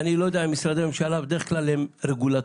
משרדי ממשלה הם בדרך כלל רגולטוריים,